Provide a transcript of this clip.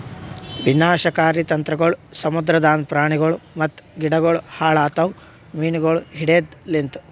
ವಿನಾಶಕಾರಿ ತಂತ್ರಗೊಳ್ ಸಮುದ್ರದಾಂದ್ ಪ್ರಾಣಿಗೊಳ್ ಮತ್ತ ಗಿಡಗೊಳ್ ಹಾಳ್ ಆತವ್ ಮೀನುಗೊಳ್ ಹಿಡೆದ್ ಲಿಂತ್